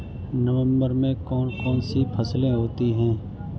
नवंबर में कौन कौन सी फसलें होती हैं?